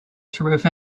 through